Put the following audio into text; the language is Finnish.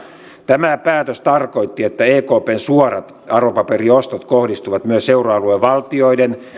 tämä päätös tarkoitti että ekpn suorat arvopaperiostot kohdistuivat myös euroalueen valtioiden